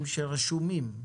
רישוי.